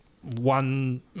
one